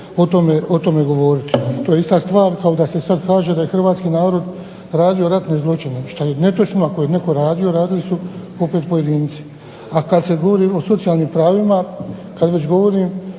o tome govoriti. To je ista stvar kao da se sad kaže da je hrvatski narod radio ratne zločine. Što je netočno. Ako je netko radio radili su opet pojedinci. A kad se govori o socijalnim pravima, kad već govorim,